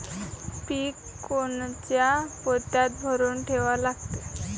पीक कोनच्या पोत्यात भरून ठेवा लागते?